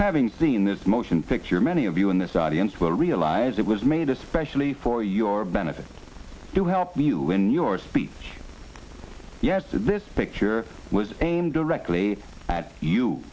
having seen this motion picture many of you in this audience will realize it was made especially for your benefit to help you in your speech yes to this picture was aimed directly at you